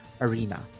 arena